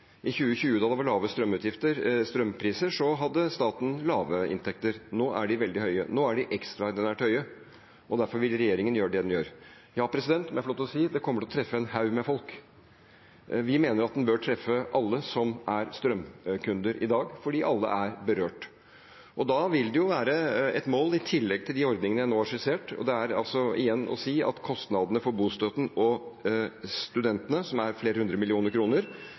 I 2020, da det var lave strømpriser, hadde staten lave inntekter. Nå er de veldig høye. Nå er de ekstraordinært høye, og derfor vil regjeringen gjøre det den gjør. Ja – det må jeg må få lov til å si – den kommer til å treffe en haug med folk. Vi mener at den bør treffe alle som er strømkunder i dag, fordi alle er berørt. Da vil det være et mål i tillegg til de ordningene jeg nå har skissert, og det er igjen å si at kostnadene for bostøtten og studentene, som er på flere hundre millioner kroner,